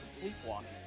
Sleepwalking